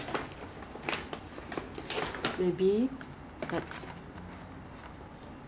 err like ingredients 有 honey 有 cucumber cereal eggs like snail slime